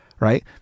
Right